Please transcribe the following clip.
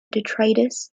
detritus